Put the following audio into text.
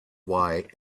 why